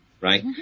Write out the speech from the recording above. right